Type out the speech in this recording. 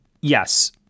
yes